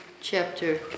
chapter